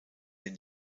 den